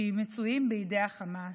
שמצויים בידי החמאס,